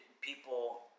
people